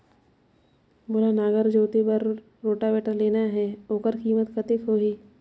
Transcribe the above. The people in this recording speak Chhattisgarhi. मोला नागर जोते बार रोटावेटर लेना हे ओकर कीमत कतेक होही?